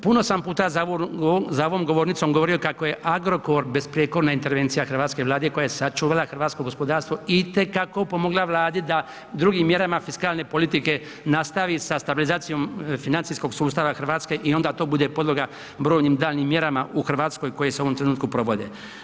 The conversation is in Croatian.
Puno sam puta za ovom govornicom govorio kako je Agrokor besprijekorna intervencija hrvatske Vlade koja je sačuvala hrvatskog gospodarstvo itekako pomogla Vladi da drugim mjerama fiskalne politike nastavi sa stabilizacijom financijskog sustava Hrvatske i onda to bude podloga brojnim daljnjim mjerama u Hrvatskoj koje su u ovom trenutku provode.